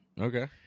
Okay